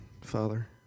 Father